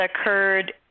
occurred